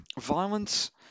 violence